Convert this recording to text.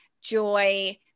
joy